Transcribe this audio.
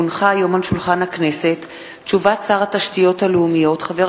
כי הונחה היום על שולחן הכנסת תשובת שר התשתיות הלאומיות חבר